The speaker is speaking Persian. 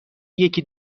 یکی